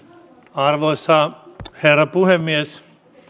arvoisa herra puhemies